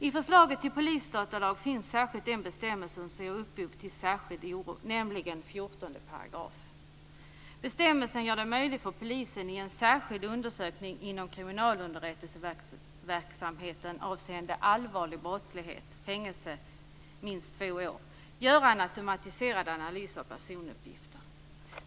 I förslaget till polisdatalag finns framför allt en bestämmelse som ger upphov till särskild oro, nämligen 14 §. Denna bestämmelse gör det möjligt för polisen att i en särskild undersökning inom kriminalunderrättelseverksamheten avseende allvarlig brottslighet som ger fängelse i minst två år göra en automatiserad analys av personuppgifter.